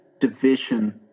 division